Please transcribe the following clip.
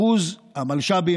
אחוז המלש"בים,